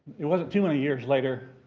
it wasn't too many years later,